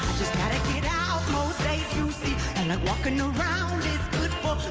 just got to get out most days, you see you know walking around is good